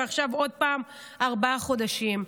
ועכשיו עוד פעם ארבעה חודשים,